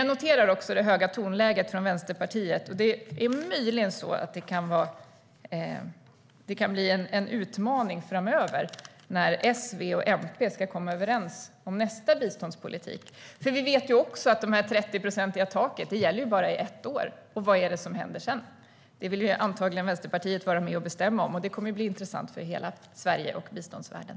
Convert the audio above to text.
Jag noterar också det höga tonläget från Vänsterpartiet. Det är möjligen så att det kan bli en utmaning framöver när S, V och MP ska komma överens om nästa biståndsbudget. Vi vet också att det 30procentiga taket bara gäller i ett år. Vad är det som händer sedan? Det vill antagligen Vänsterpartiet vara med och bestämma om, och det kommer att bli intressant för hela Sverige och biståndsvärlden.